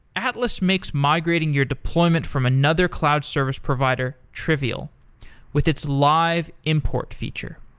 atlas makes migrating your deployment from another cloud service provider trivial with its live import feature